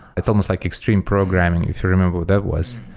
it's almost like extreme programming if you remember what that was.